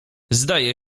zdaje